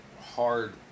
hard